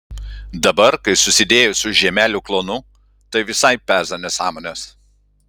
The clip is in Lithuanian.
dabar kai susidėjo su žiemelių klanu tai visai peza nesąmones